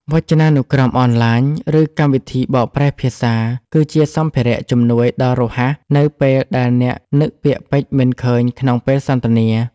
វចនានុក្រមអនឡាញ ឬកម្មវិធីបកប្រែភាសា គឺជាសម្ភារៈជំនួយដ៏រហ័សនៅពេលដែលអ្នកនឹកពាក្យពេចន៍មិនឃើញក្នុងពេលសន្ទនា។